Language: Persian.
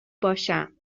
باشم